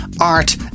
art